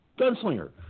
gunslinger